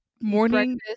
morning